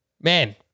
man